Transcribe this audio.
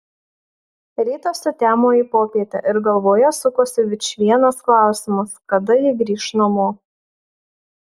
rytas sutemo į popietę ir galvoje sukosi vičvienas klausimas kada ji grįš namo